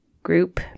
Group